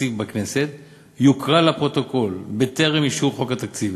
התקציב בכנסת יוקרא לפרוטוקול בטרם אישור חוק התקציב.